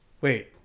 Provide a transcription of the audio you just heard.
Wait